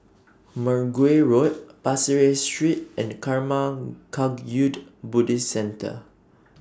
Mergui Road Pasir Ris Street and Karma Kagyud Buddhist Centre